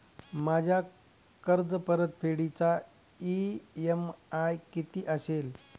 माझ्या कर्जपरतफेडीचा इ.एम.आय किती असेल?